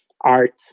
art